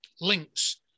links